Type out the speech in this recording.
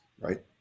right